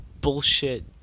Bullshit